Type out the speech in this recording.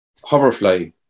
hoverfly